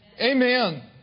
Amen